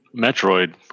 Metroid